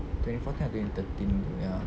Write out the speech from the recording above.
twenty fourteen atau twenty thirteen ya